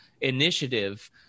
initiative